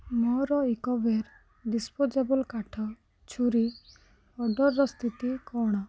ମୋର Ecoware disposable କାଠ ଛୁରୀ ଅର୍ଡ଼ର୍ର ସ୍ଥିତି କ'ଣ